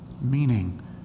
meaning